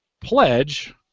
pledge